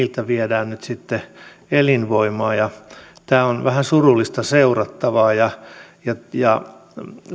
viedään nyt sitten elinvoimaa tämä on vähän surullista seurattavaa ja ja